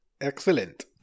Excellent